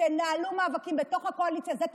תנהלו מאבקים בתוך הקואליציה, זה תפקידכם.